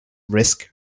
risk